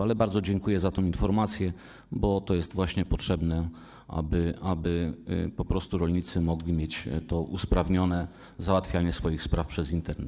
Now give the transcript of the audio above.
Ale bardzo dziękuję za tę informację, bo to jest właśnie potrzebne, aby po prostu rolnicy mogli mieć usprawnione załatwianie swoich spraw przez Internet.